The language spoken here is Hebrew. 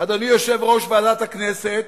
אדוני יושב-ראש ועדת הכנסת,